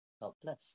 helpless